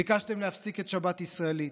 ביקשתם להפסיק את "שבת ישראלית",